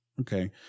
Okay